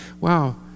wow